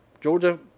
Georgia